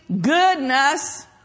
goodness